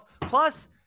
Plus